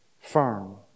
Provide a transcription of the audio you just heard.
firm